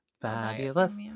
Fabulous